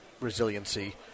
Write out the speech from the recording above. resiliency